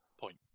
point